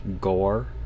gore